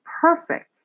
perfect